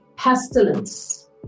Pestilence